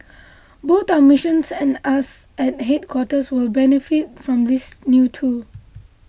both our missions and us at headquarters will benefit from this new tool